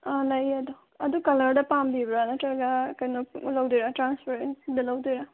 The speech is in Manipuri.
ꯑꯪ ꯂꯩꯌꯦ ꯑꯗꯣ ꯑꯗꯨ ꯀꯂꯔꯗ ꯄꯥꯝꯕꯤꯕ꯭ꯔꯥ ꯅꯠꯇ꯭ꯔꯒ ꯀꯩꯅꯣ ꯄꯨꯟꯅ ꯂꯧꯗꯣꯏꯔ ꯇ꯭ꯔꯥꯟꯁꯄꯦꯔꯦꯟꯁꯤꯡꯗ ꯂꯧꯗꯣꯏꯔ